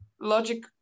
logic